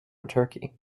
turkey